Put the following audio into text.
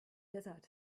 desert